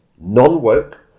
Non-woke